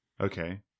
Okay